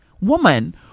woman